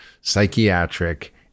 psychiatric